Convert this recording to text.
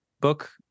book